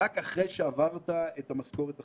רק אחרי שעברת את המשכורת החציונית.